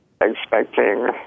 expecting